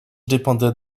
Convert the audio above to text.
dépendait